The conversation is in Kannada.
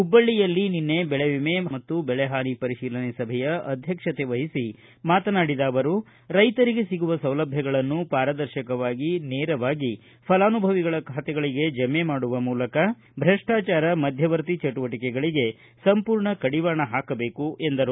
ಹುಬ್ಬಳ್ಳಿಯಲ್ಲಿ ನಿನ್ನೆ ದೆಳೆ ವಿಮೆ ಮತ್ತು ಬೆಳೆ ಹಾನಿ ಪರಿಶೀಲನೆ ಸಭೆಯ ಅಧ್ಯಕ್ಷತೆ ವಹಿಸಿ ಮಾತನಾಡಿದ ಅವರು ರೈತರಿಗೆ ಸಿಗುವ ಸೌಲಭ್ಯಗಳನ್ನು ಪಾರದರ್ಶಕವಾಗಿ ನೇರವಾಗಿ ಫಲಾನುಭವಿಗಳ ಖಾತೆಗಳಿಗೆ ಜಮೆ ಮಾಡುವ ಮೂಲಕ ಭ್ರಷ್ಟಾಚಾರ ಮಧ್ಯವರ್ತಿಗಳ ಚಟುವಟಿಕೆಗಳಿಗೆ ಸಂಪೂರ್ಣ ಕಡಿವಾಣ ಹಾಕಬೇಕು ಎಂದರು